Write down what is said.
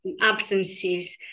absences